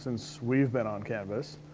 since we've been on canvas.